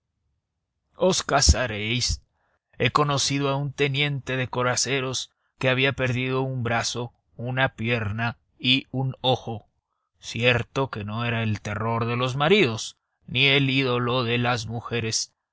os casaréis he conocido a un teniente de coraceros que había perdido un brazo una pierna y un ojo cierto que no era el terror de los maridos ni el ídolo de las mujeres